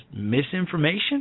misinformation